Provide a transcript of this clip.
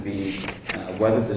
be one of th